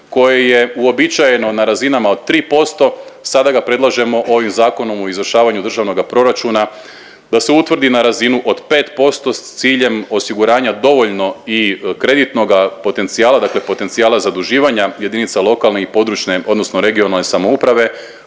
koje je uobičajeno na razinama od 3%. Sada ga predlažemo ovim Zakonom o izvršavanju Državnoga proračuna da se utvrdi na razinu od 5% s ciljem osiguranja dovoljno i kreditnoga potencijala, dakle potencijala zaduživanja jedinica lokalne i područne, odnosno regionalne samouprave